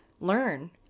learn